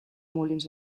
molins